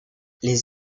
les